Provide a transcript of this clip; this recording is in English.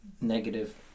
negative